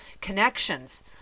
connections